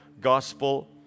gospel